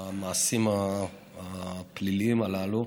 המעשים הפליליים הללו.